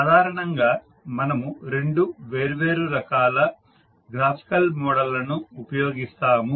సాధారణంగా మనము రెండు వేర్వేరు రకాల గ్రాఫికల్ మోడళ్లను ఉపయోగిస్తాము